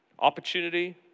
opportunity